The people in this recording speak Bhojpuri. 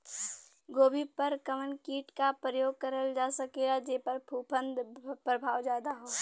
गोभी पर कवन कीट क प्रयोग करल जा सकेला जेपर फूंफद प्रभाव ज्यादा हो?